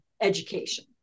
education